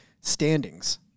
standings